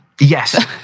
Yes